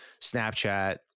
Snapchat